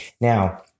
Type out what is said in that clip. Now